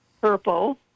purple